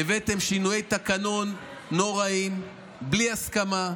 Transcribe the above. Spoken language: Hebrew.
הבאתם שינויי תקנון נוראיים בלי הסכמה,